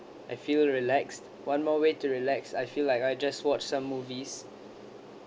I feel relaxed one more way to relax I feel like I just watch some movies